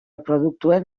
produktuen